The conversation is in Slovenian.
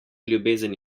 ljubezen